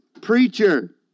preacher